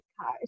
cars